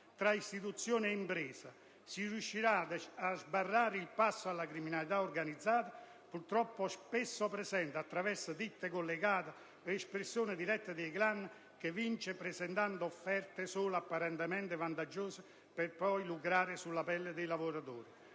tra istituzioni ed imprese, si riuscirà a sbarrare il passo alla criminalità organizzata - purtroppo spesso presente, attraverso ditte collegate o espressione diretta dei *clan* - che vince presentando offerte solo apparentemente vantaggiose, per poi lucrare sulla pelle dei lavoratori.